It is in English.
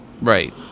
Right